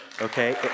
okay